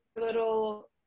little